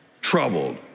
troubled